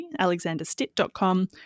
alexanderstitt.com